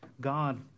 God